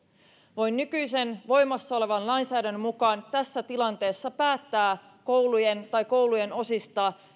voivat nykyisen voimassa olevan lainsäädännön mukaan tässä tilanteessa päättää koulujen tai koulujen osien